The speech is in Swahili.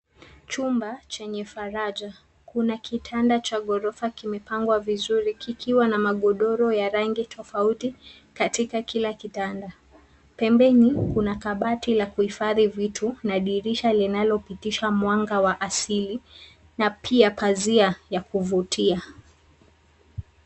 Chumba chenye faraja, kuna kitanda cha ghorofa kimepangwa vizuri kikiwa na magodoro ya rangi tofauti katika kila kitanda. Pembeni kuna kabati la kuhifadhi vitu na dirisha linalopitisha mwanga wa asili na pia pazia ya kuvutia.